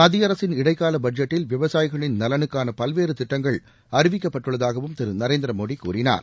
மத்திய அரசின் இடைக்கால பட்ஜெட்டில் விவசாயிகளின் நலனுக்கான பல்வேறு திட்டங்கள் அறிவிக்கப்பட்டுள்ளதாகவும் திரு நரேந்திர மோடி கூறினார்